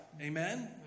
Amen